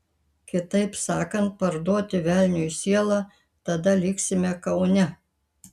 kitaip sakant parduoti velniui sielą tada liksime kaune